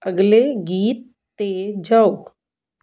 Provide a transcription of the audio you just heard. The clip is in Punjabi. ਅਗਲੇ ਗੀਤ 'ਤੇ ਜਾਓ